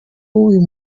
w’uyu